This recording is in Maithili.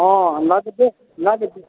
हँ लऽ जएतै लऽ जएतै